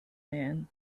man